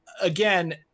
again